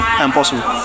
impossible